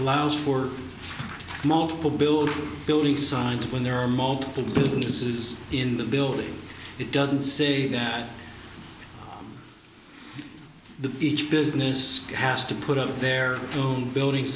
allows for multiple building building signs when there are multiple businesses in the building it doesn't say that the each business has to put up their own building